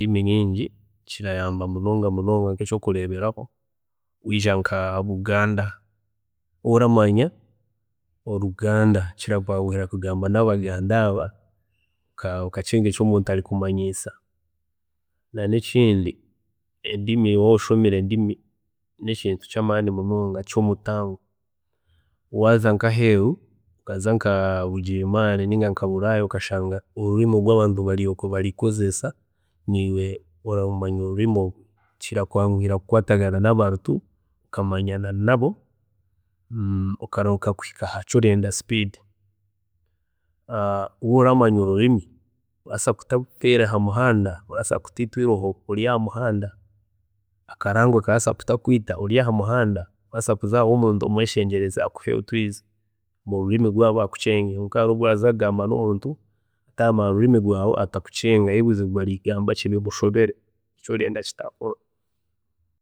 ﻿Endimi nyingi kirayamba munonga munonga nk'ekyokureeberaho kwija nka buganda, waaba oramanya oruganda kirakwanguhira kugamba nabaganda aba okacenga eki omuntu arikumanyisa, na nekindi waaba oshomire endimi, nekintu kyamaani munonga kyomutaano, waaza nka aheeru okaza nka bugirimaani nanga nka buraaya okashanga orurimi oru abantu bari okwe barikukozeesa niiwe orarumanya orurimi orwe, kirakwanguhira kukwatagana nabantu okamanyana nabo, okarahuka kuhika ahakyorenda speed, waaba oramanya orurimi, barabaasa kutakuteera hamuhanda, orabaasa kutiitwa iriho ryahamuhanda, akarangwe karabaasa kutakwiita ori ahamuhanda habwokuba orabaasa kuza owomuntu omweshengyereze akuhe otwiizi mururimi rwaabo akucenge kwonka hariho obu oraza kugamba nomuntu ataramanya orurimi rwaawe atakucenge ayebuuze ogu arikugamba ki bimushobere eki orenda kitaakorwa